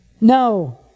No